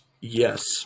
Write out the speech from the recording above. Yes